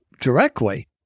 directly